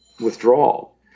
withdrawal